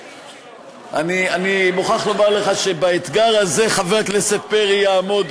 אני מוכרח לומר לך שבאתגר הזה חבר הכנסת פרי יעמוד,